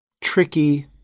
tricky